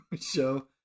Show